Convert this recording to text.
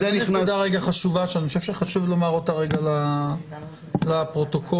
זו נקודה חשובה, שחשוב לומר אותה לפרוטוקול.